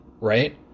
right